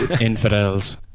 infidels